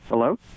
Hello